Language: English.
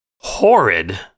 horrid